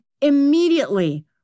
immediately